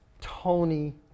Tony